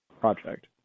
project